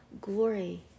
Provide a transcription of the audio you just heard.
glory